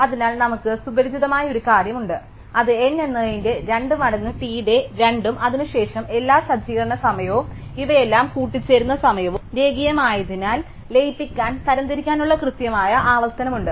അതിനാൽ നമുക്ക് സുപരിചിതമായ ഒരു കാര്യം ഉണ്ട് അത് n എന്നതിന്റെ 2 മടങ്ങ് T ന്റെ 2 ഉം അതിനുശേഷം എല്ലാ സജ്ജീകരണ സമയവും ഇവയെല്ലാം കൂടിച്ചേരുന്ന സമയവും രേഖീയമായതിനാൽ ലയിപ്പിക്കൽ തരംതിരിക്കാനുള്ള കൃത്യമായ ആവർത്തനമുണ്ട്